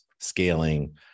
Scaling